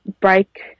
break